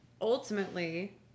ultimately